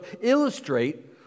illustrate